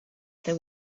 there